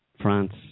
France